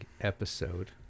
episode